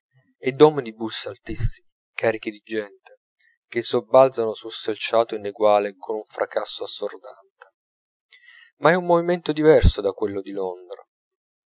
e d'omnibus altissimi carichi di gente che sobbalzano sul selciato ineguale con un fracasso assordante ma è un movimento diverso da quello di londra